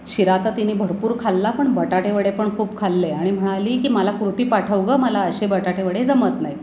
शिरा तर तिने भरपूर खाल्ला पण बटाटेवडे पण खूप खाल्ले आणि म्हणाली की मला कृती पाठव गं मला असे बटाटेवडे जमत नाहीत